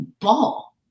ball